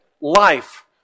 life